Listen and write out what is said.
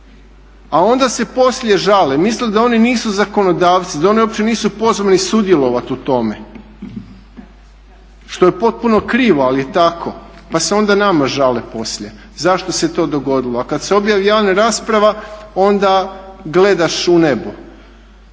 A onda se poslije žale, misle da oni nisu zakonodavci, da oni uopće nisu pozvani sudjelovati u tome što je potpuno krivo ali je tako pa se onda nama žale poslije zašto se to dogodilo. A kada se objavi javna rasprava onda gledaš u nebo.